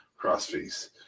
crossface